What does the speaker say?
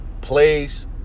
plays